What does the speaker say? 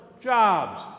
jobs